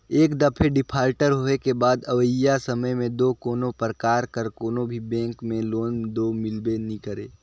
एक दफे डिफाल्टर होए के बाद अवइया समे में दो कोनो परकार कर कोनो भी बेंक में लोन दो मिलबे नी करे